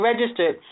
registered